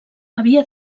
havia